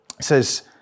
says